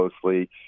closely